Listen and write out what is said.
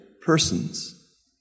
persons